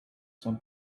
some